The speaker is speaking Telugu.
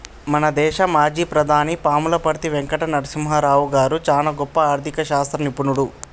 మన దేశ మాజీ ప్రధాని పాములపర్తి వెంకట నరసింహారావు గారు చానా గొప్ప ఆర్ధిక శాస్త్ర నిపుణుడు